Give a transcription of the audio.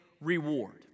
reward